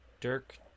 Dirk